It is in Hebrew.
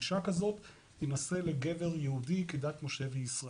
שאישה כזו תינשא לגבר יהודי כדת משה בישראל.